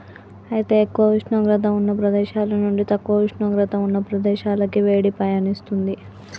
అయితే ఎక్కువ ఉష్ణోగ్రత ఉన్న ప్రదేశాల నుండి తక్కువ ఉష్ణోగ్రత ఉన్న ప్రదేశాలకి వేడి పయనిస్తుంది